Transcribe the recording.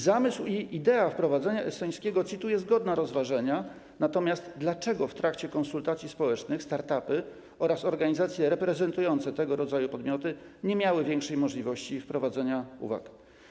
Zamysł i idea wprowadzenia estońskiego CIT-u są godne rozważenia, natomiast dlaczego w trakcie konsultacji społecznych start-upy oraz organizacje reprezentujące tego rodzaju podmioty nie miały większej możliwości wnoszenia uwag?